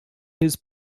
his